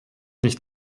nicht